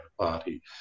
Party